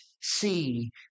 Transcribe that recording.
see